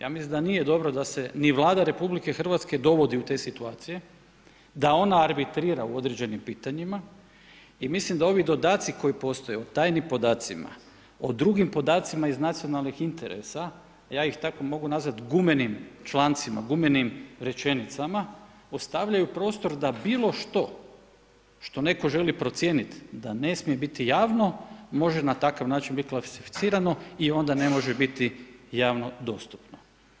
Ja mislim da nije dobro da se ni Vlada Republike Hrvatske dovodi u te situacije da ona arbitrira u određenim pitanjima i mislim da ovi dodaci koji postoje o tajnim podacima, o drugim podacima iz nacionalnih interesa a ja ih tako mogu nazvati „gumenim člancima“, „gumenim rečenicama“ ostavljaju prostor da bilo što što netko želi procijeniti da ne smije biti javno može na takav način biti klasificirano i onda ne može biti javno dostupno.